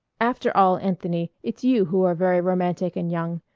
after all, anthony, it's you who are very romantic and young.